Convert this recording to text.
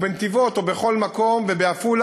או בנתיבות, ובעפולה,